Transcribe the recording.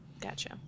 Gotcha